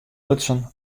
lutsen